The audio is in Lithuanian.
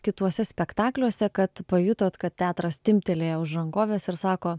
kituose spektakliuose kad pajutot kad teatras timptelėjo už rankovės ir sako